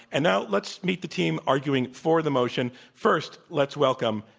and now let's meet the team arguing for the emotion. first, let's welcome,